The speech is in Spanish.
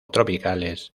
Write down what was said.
tropicales